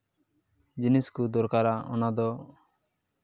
ᱡᱤᱱᱤᱥ ᱠᱚ ᱫᱚᱨᱠᱟᱨᱟ ᱚᱱᱟ ᱫᱚ